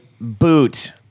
Boot